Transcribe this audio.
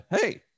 Hey